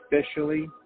officially